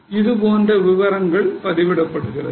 இது போன்ற விவரங்கள் பதிவிடப்படுகின்றன